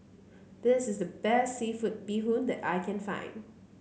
this is the best seafood Bee Hoon that I can find